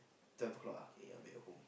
ten o-clock okay I bake at home